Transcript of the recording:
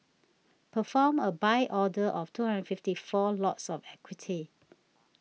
perform a buy order of two hundred fifty four lots of equity